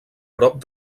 prop